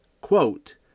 quote